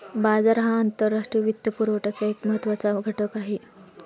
बाजार हा आंतरराष्ट्रीय वित्तपुरवठ्याचा एक महत्त्वाचा घटक आहे